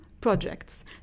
Projects